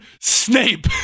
Snape